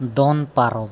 ᱫᱚᱱ ᱯᱟᱨᱚᱢ